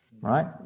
right